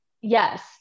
Yes